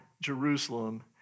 Jerusalem